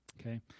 Okay